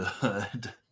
good